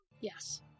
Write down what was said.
Yes